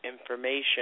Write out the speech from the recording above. information